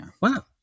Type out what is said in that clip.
Wow